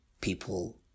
People